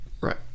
Right